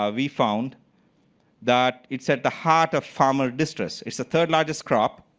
um we found that it's at the heart of farmer districts. it's the third largest crop.